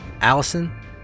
Allison